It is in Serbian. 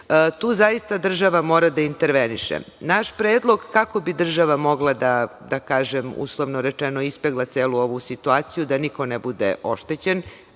Tu zaista država mora da interveniše. Naš predlog kako bi država, uslovno rečeno, da ispegla celu ovu situaciju, da niko ne bude oštećen,